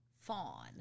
fawn